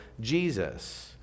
Jesus